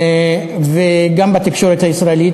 וגם בתקשורת הישראלית.